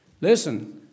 Listen